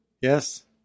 Yes